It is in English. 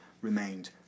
remained